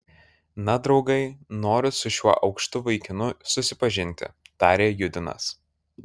na draugai noriu su šiuo aukštu vaikinu susipažinti tarė judinas